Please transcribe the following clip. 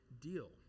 deal